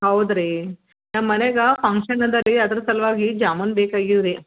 ಹೌದು ರೀ ನಮ್ಮ ಮನೇಗ ಫಂಕ್ಷನ್ ಅದ ರೀ ಅದ್ರ ಸಲುವಾಗಿ ಜಾಮೂನು ಬೇಕಾಗಿವೆ ರೀ